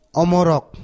omorok